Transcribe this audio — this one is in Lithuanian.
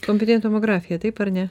kompiuterinė tomografija taip ar ne